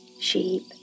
sheep